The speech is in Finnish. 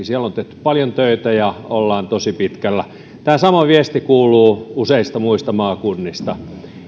siellä on tehty paljon töitä ja ollaan tosi pitkällä tämä sama viesti kuuluu useista muista maakunnista